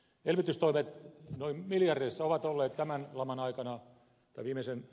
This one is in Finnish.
elvytystoimet miljardeissa ovat olleet tämän laman aikana telineeseen